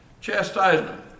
Chastisement